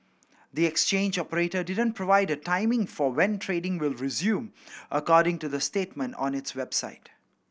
the exchange operator didn't provide a timing for when trading will resume according to the statement on its website